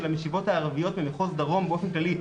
משיבות ערביות במחוז דרום באופן כללי,